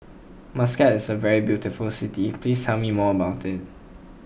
Muscat is a very beautiful city please tell me more about it